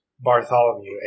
Bartholomew